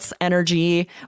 energy